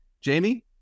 Jamie